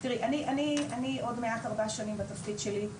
תיראי, אני עוד מעט ארבע שנים בתפקיד שלי.